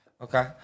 Okay